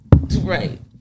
Right